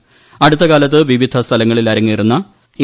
്ട്ടുത്തകാലത്ത് വിവിധ സ്ഥലങ്ങളിൽ അരങ്ങേറുന്ന എ